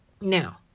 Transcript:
Now